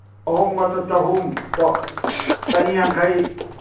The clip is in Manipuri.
ꯑꯍꯣꯡꯕꯗ ꯆꯍꯨꯝ ꯆꯅꯤ ꯌꯥꯡꯈꯩ